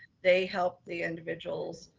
they help the individuals,